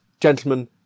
gentlemen